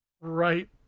right